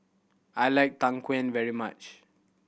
I like tang very much